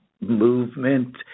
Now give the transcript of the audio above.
movement